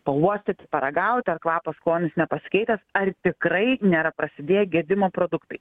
pauostyti paragauti ar kvapas skonis nepasikeitęs ar tikrai nėra prasidėję gedimo produktai